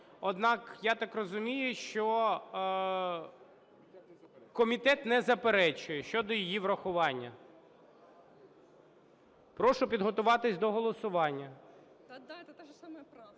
однак, я так розумію, що комітет не заперечує щодо її врахування. Прошу підготуватись до голосування. Готові голосувати?